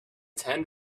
ten